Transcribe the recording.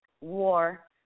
War